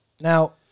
Now